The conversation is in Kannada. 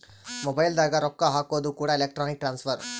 ಮೊಬೈಲ್ ದಾಗ ರೊಕ್ಕ ಹಾಕೋದು ಕೂಡ ಎಲೆಕ್ಟ್ರಾನಿಕ್ ಟ್ರಾನ್ಸ್ಫರ್